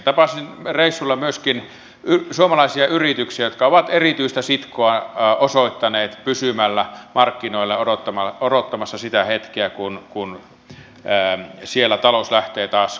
tapasin reissulla myöskin suomalaisia yrityksiä jotka ovat erityistä sitkoa osoittaneet pysymällä markkinoilla odottamassa sitä hetkeä kun siellä talous lähtee taas kasvuun